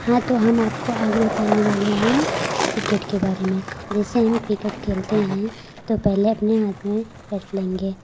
हाँ तो हम आपको आज बताने वाले हैं क्रिकेट के बारे में जैसे हम क्रिकेट खेलते हैं तो पहले अपने हाथ में बैट लेंगे